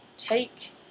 take